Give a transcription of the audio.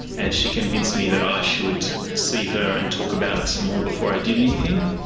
and she convinced me that i should see her and talk about it some more before i did anything.